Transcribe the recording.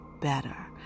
better